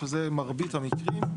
שזה מרבית המקרים,